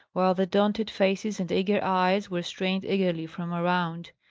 while the daunted faces and eager eyes were strained eagerly from around.